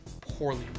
poorly